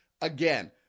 again